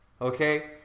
okay